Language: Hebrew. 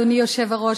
אדוני היושב-ראש,